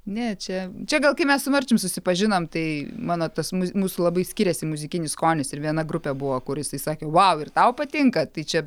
ne čia čia gal kai mes su marčium susipažinom tai mano tas muz mus labai skyrėsi muzikinis skonis ir viena grupė buvo kuris jisai sakė vau ir tau patinka tai čia